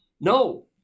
No